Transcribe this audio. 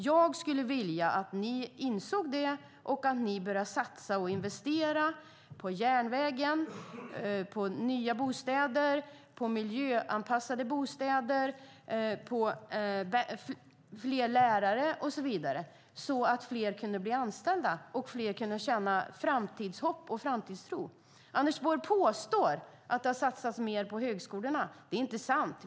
Jag skulle vilja att ni inser det och att ni börjar investera och satsa på järnvägen, nya bostäder, miljöanpassade bostäder, fler lärare och så vidare så att fler kan bli anställda och känna framtidshopp och framtidstro. Anders Borg påstår att det har satsats mer på högskolorna. Det är inte sant.